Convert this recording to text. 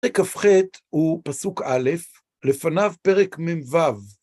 פרק כ"ח הוא פסוק א', לפניו פרק מ"ו.